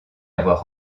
avoir